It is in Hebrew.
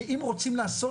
שאם רוצים לעשות,